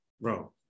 Bro